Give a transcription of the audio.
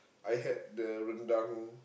I had the rendang